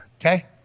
okay